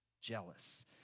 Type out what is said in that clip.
Jealous